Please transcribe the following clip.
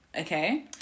okay